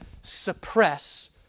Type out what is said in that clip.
suppress